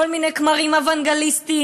כל מיני כמרים אוונגליסטים,